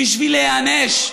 בשביל להיענש.